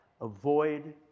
avoid